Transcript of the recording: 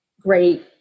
great